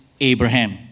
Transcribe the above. Abraham